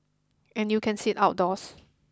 and you can sit outdoors